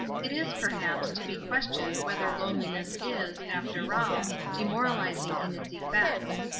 it is, perhaps, to be questioned whether loneliness is, after all, demoralizing in its effects.